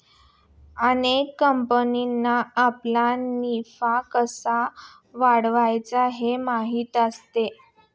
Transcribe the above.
अनेक कंपन्यांना आपला नफा कसा वाढवायचा हे माहीत असते